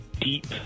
deep